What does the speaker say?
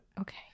Okay